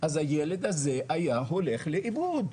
אז הילד הזה היה הולך לאיבוד.